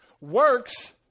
Works